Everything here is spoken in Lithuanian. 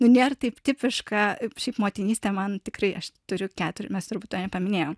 nu nėr taip tipiška šiaip motinystė man tikrai aš turiu keturias mes turbūt ane paminėjom